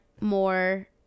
more